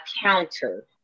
counter